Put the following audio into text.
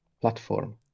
platform